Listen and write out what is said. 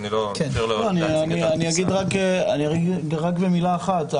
רק במילה אחת,